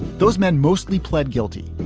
those men mostly pled guilty,